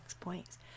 points